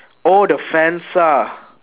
oh the fence ah